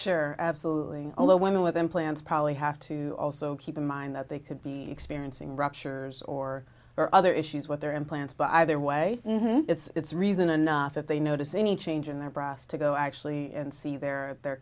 sure absolutely although women with implants probably have to also keep in mind that they could be experiencing ruptures or or other issues with their implants but either way it's reason enough if they notice any change in their bras to go actually and see their